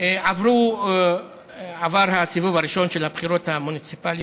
עבר הסיבוב הראשון של הבחירות המוניציפליות.